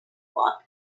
walk